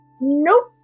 Nope